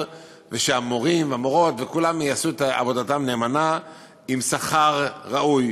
ושהמורים והמורות וכולם יעשו את עבודתם נאמנה עם שכר ראוי,